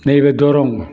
नैबे दरं